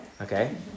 Okay